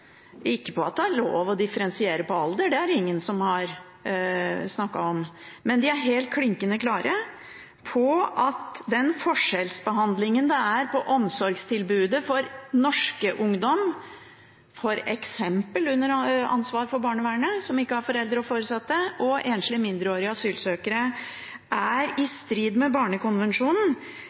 at det er lov å differensiere på bakgrunn av alder, det er det ingen som har snakket om, men de er helt klinkende klare på at den forskjellsbehandlingen vi ser når det gjelder omsorgstilbudet til norsk ungdom f.eks. under ansvar av barnevernet, som ikke har foreldre og foresatte, og enslige mindreårige asylsøkere, er i strid med barnekonvensjonen.